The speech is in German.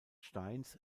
steins